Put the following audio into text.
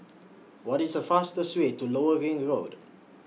What IS The fastest Way to Lower Ring Road